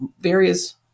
various